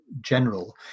general